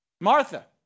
Martha